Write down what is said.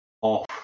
off